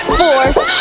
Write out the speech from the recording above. force